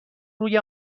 روی